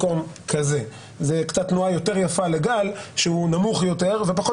זו תנועה יותר יפה לגל שהוא נמוך יותר ופחות